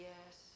Yes